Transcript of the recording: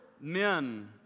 Men